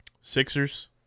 Sixers